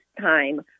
time